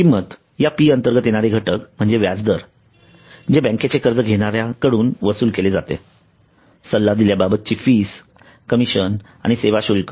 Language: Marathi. किमत या P अंतर्गत येणारे घटक म्हणजे व्याजदर जे बँकेचे कर्ज घेणाऱ्याकडून वसूल केले जाते सल्लादिल्याबाबतची फी कमिशन आणि सेवा शुल्क